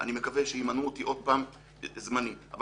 אני מקווה שימנו אותי עוד פעם באופן זמני אבל